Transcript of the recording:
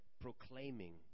proclaiming